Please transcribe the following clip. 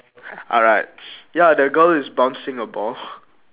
alright ya the girl is bouncing a ball